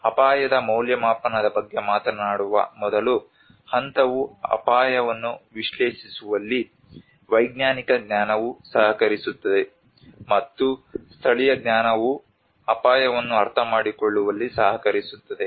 ಅಪಾಯದ ಮೌಲ್ಯಮಾಪನದ ಬಗ್ಗೆ ಮಾತನಾಡುವ ಮೊದಲ ಹಂತವು ಅಪಾಯವನ್ನು ವಿಶ್ಲೇಷಿಸುವಲ್ಲಿ ವೈಜ್ಞಾನಿಕ ಜ್ಞಾನವು ಸಹಕರಿಸುತ್ತದೆ ಮತ್ತು ಸ್ಥಳೀಯ ಜ್ಞಾನವು ಅಪಾಯವನ್ನು ಅರ್ಥಮಾಡಿಕೊಳ್ಳುವಲ್ಲಿ ಸಹಕರಿಸುತ್ತದೆ